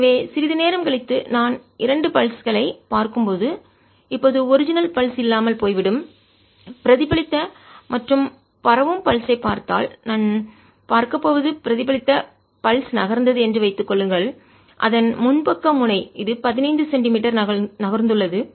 எனவே சிறிது நேரம் கழித்து நான் இரண்டு பல்ஸ் துடிப்பு களைப் பார்க்கும்போது இப்போது ஒரிஜினல் அசல் பல்ஸ் துடிப்பு இல்லாமல் போய்விடும் பிரதிபலித்த மற்றும் பரவும் பல்ஸ் துடிப்பு ஐ பார்த்தால் நான் பார்க்கப் போவது பிரதிபலித்த பல்ஸ் துடிப்பு நகர்ந்தது என்று வைத்துக் கொள்ளுங்கள் அதன் முன்பக்க முனை இது 15 சென்டிமீட்டர் நகர்ந்துள்ளது